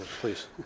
please